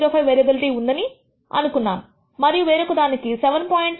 05 వేరియబిలిటీఉందని అని అనుకున్నాము మరియు వేరొక దానికి 7